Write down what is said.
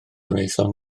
wnaethon